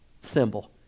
symbol